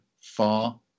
far